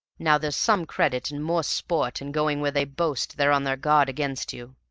now there's some credit, and more sport, in going where they boast they're on their guard against you.